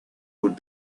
would